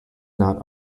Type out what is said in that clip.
not